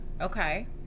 Okay